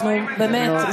באמת,